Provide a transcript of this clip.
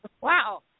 wow